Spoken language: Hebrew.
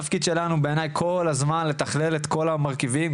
התפקיד שלנו בעיניי כל הזמן לתכלל את כל המרכיבים,